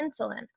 insulin